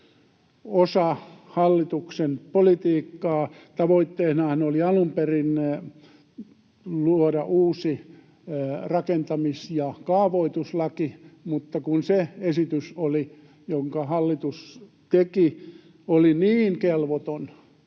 osa hallituksen politiikkaa. Tavoitteenahan oli alun perin luoda uusi rakentamis- ja kaavoituslaki, mutta kun se esitys, jonka hallitus teki, oli niin kelvoton,